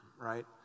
right